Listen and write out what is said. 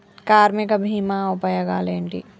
కార్మిక బీమా ఉపయోగాలేంటి?